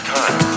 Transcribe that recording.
time